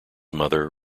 mother